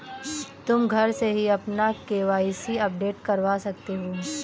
तुम घर से ही अपना के.वाई.सी अपडेट करवा सकते हो